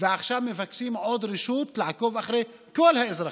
עכשיו מבקשים עוד רשות לעקוב אחרי כל האזרחים.